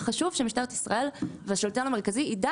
וחשוב שמשטרת ישראל והשלטון המרכזי ידע